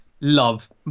love